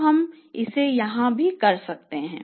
तो हम इसे यहाँ भी कर सकते हैं